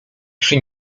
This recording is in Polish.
przy